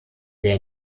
der